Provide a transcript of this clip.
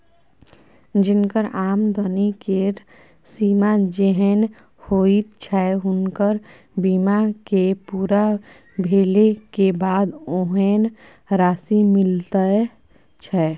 जिनकर आमदनी केर सीमा जेहेन होइत छै हुनकर बीमा के पूरा भेले के बाद ओहेन राशि मिलैत छै